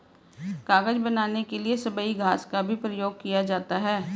कागज बनाने के लिए सबई घास का भी प्रयोग किया जाता है